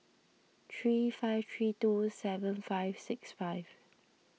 three five three two seven five six five